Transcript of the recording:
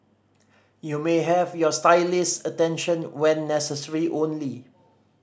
you may have your stylist's attention when necessary only